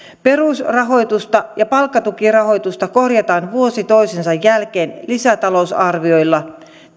perusrahoitusta ja palkkatukirahoitusta korjataan vuosi toisensa jälkeen lisätalousarvioilla